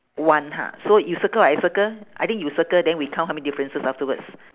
one ha so you circle or I circle I think you circle then we count how many differences afterwards